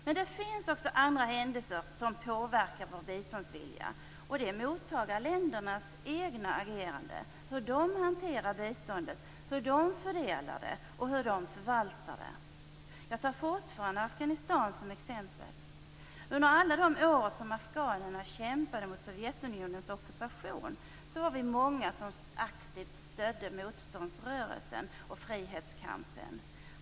Men det finns också andra händelser som påverkar vår biståndsvilja, och det är mottagarländernas egna ageranden, hur de hanterar biståndet, hur de fördelar det och hur de förvaltar det. Jag tar fortfarande Afghanistan som exempel. Under alla de år som afghanerna kämpade mot Sovjetunionens ockupation var vi många som aktivt stödde motståndsrörelsen och frihetskampen.